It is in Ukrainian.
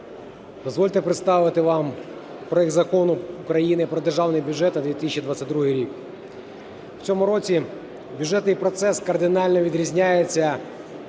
Дозвольте представити вам проект Закону України про Державний бюджет на 2022 рік. В цьому році бюджетний процес кардинально відрізняється